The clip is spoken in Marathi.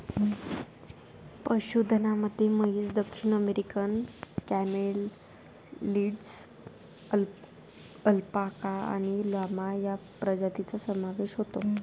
पशुधनामध्ये म्हैस, दक्षिण अमेरिकन कॅमेलिड्स, अल्पाका आणि लामा या प्रजातींचा समावेश होतो